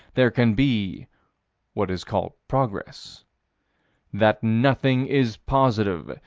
there can be what is called progress that nothing is positive,